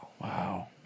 wow